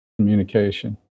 communication